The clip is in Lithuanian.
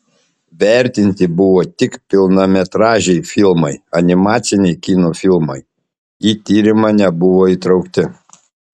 vertinti buvo tik pilnametražiai filmai animaciniai kino filmai į tyrimą nebuvo įtraukti